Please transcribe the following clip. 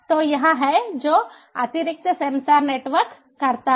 तो यही है जो अतिरिक्त सेंसर नेटवर्क करता है